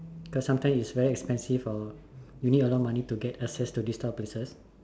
cause sometimes it's very expensive or you need a lot of money to get excess to this kind of places